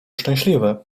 szczęśliwy